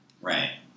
Right